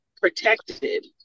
protected